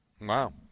Wow